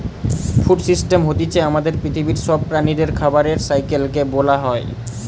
food system হতিছে আমাদের পৃথিবীর সব প্রাণীদের খাবারের সাইকেল কে বোলা হয়